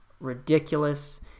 ridiculous